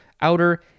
outer